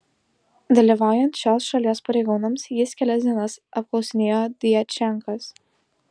dalyvaujant šios šalies pareigūnams jis kelias dienas apklausinėjo djačenkas